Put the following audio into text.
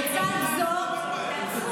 לצד זאת,